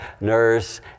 nurse